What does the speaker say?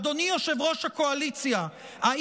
אדוני יושב-ראש הקואליציה, כן.